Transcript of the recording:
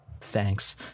thanks